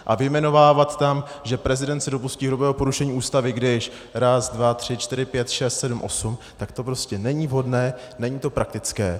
A vyjmenovávat tam, že prezident se dopustí hrubého porušení Ústavy, když raz, dva, tři, čtyři, pět, šest, sedm, osm, tak to prostě není vhodné, není to praktické.